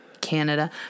Canada